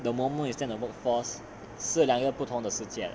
the moment you stand in the workforce 是两个不同的世界